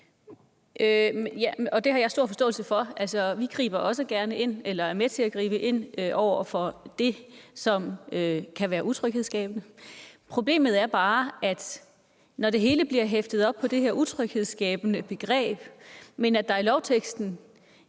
Det har jeg altså stor forståelse for. Vi er også gerne med til at gribe ind over for det, som kan være utryghedsskabende. Problemet er bare, at det hele bliver hægtet op på begrebet utryghedsskabende, men at der i lovteksten,